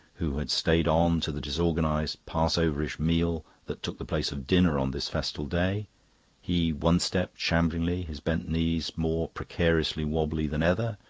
who had stayed on to the disorganised, passoverish meal that took the place of dinner on this festal day he one-stepped shamblingly, his bent knees more precariously wobbly than ever,